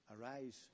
arise